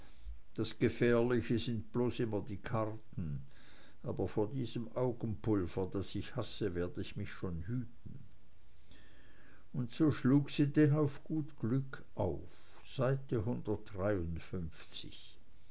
das gefährliche sind bloß immer die karten aber vor diesem augenpulver das ich hasse werd ich mich schon hüten und so schlug sie denn auf gut glück auf seite